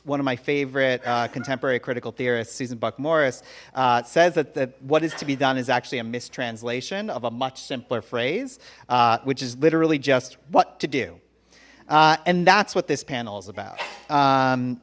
one of my favorite contemporary critical theorist season buck morris says that that what is to be done is actually a mistranslation of a much simpler phrase which is literally just what to do and that's what this panel is about